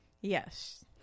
yes